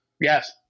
Yes